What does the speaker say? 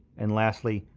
and lastly,